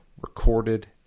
recorded